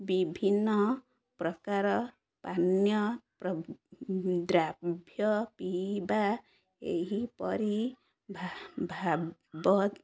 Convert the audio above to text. ବିଭିନ୍ନ ପ୍ରକାର ପାନୀୟ ଦ୍ରାଭ୍ୟ ପିଇବା ଏହିପରି ଭା ଭାବ